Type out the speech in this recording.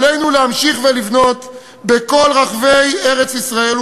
עלינו להמשיך ולבנות בכל רחבי ארץ-ישראל,